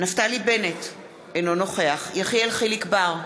נפתלי בנט, אינו נוכח יחיאל חיליק בר,